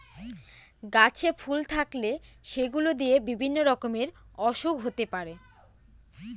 গাছে ফুল থাকলে সেগুলো দিয়ে বিভিন্ন রকমের ওসুখ হতে পারে